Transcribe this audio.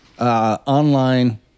online